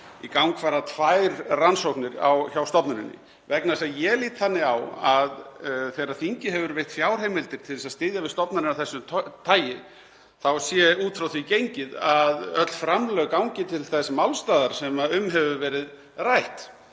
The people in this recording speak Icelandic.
í gang fara tvær rannsóknir á stofnuninni. Ég lít þannig á að þegar þingið hefur veitt fjárheimildir til þess að styðja við stofnanir af þessu tagi þá sé út frá því gengið að öll framlög gangi til þess málstaðar sem um hefur verið rætt